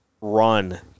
run